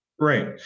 Right